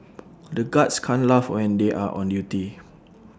the guards can't laugh when they are on duty